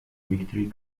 victory